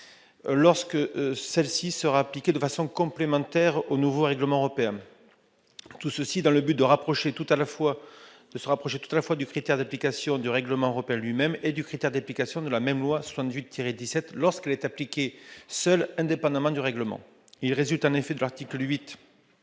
lorsque celle-ci sera appliquée de façon complémentaire au nouveau règlement européen, dans le but de le rapprocher tout à la fois du critère d'application du règlement européen lui-même et du critère d'application de la même loi de 1978 lorsqu'elle est appliquée seule, indépendamment du règlement. Il résulte en effet de l'article 8